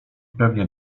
pewnie